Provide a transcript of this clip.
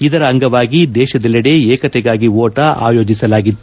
ಇದರ ಅಂಗವಾಗಿ ದೇಶದೆಲ್ಲೆಡೆ ಏಕತೆಗಾಗಿ ಓಟ ಆಯೋಜಿಸಲಾಗಿತ್ತು